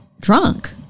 drunk